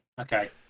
Okay